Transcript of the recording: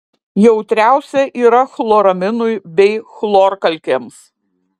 jautriausia yra chloraminui bei chlorkalkėms